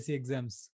exams